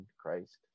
Christ